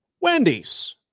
Wendy's